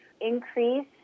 increase